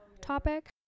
topic